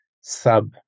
sub